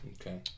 Okay